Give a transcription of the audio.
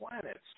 planets